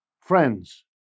Friends